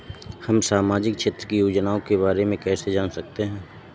हम सामाजिक क्षेत्र की योजनाओं के बारे में कैसे जान सकते हैं?